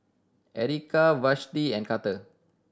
Erika Vashti and Karter